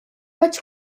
vaig